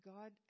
God